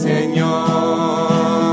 Señor